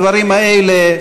הדברים האלה,